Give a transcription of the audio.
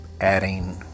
adding